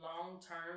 long-term